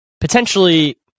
potentially